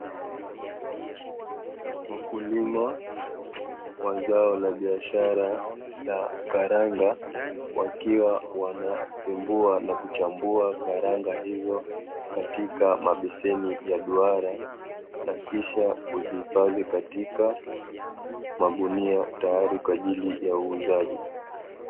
Wakulima wa zao la biashara la karanga wakiwa wanapengua na kuchambua karanga hizo katika mabeseni ya duara, na kisha kuzihifadhi katika magunia tayari kwa ajili ya uuzaji.